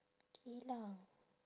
geylang